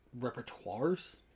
Repertoires